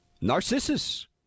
Narcissus